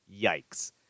yikes